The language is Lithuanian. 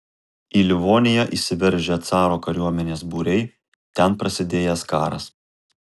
į livoniją įsiveržę caro kariuomenės būriai ten prasidėjęs karas